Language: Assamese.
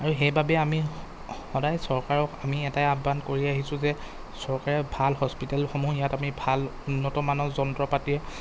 আৰু হেইবাবেই আমি সদায় চৰকাৰক আমি এটাই আহ্বান কৰি আহিছোঁ যে চৰকাৰে ভাল হস্পিটেলসমূহ ইয়াত আমি ভাল উন্নতমানৰ যন্ত্ৰপাতি